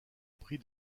prix